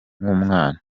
nk’umwana